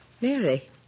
Mary